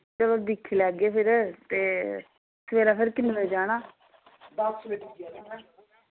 चलो दिक्खी लैगे फिर ते सवेरै फिर किन्ने बजे जाना